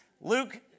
Luke